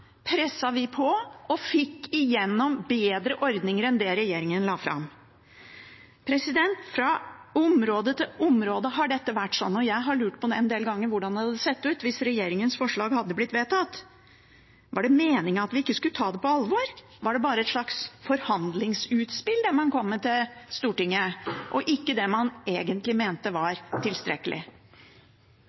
vi på og fikk igjennom bedre ordninger enn det regjeringen la fram. Fra område til område har det vært sånn, og jeg har en del ganger lurt på hvordan det hadde sett ut hvis regjeringens forslag hadde blitt vedtatt. Var det meningen at vi ikke skulle ta det på alvor? Var det bare et slags forhandlingsutspill, det man kom med til Stortinget, og ikke det man egentlig mente var tilstrekkelig?